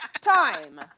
time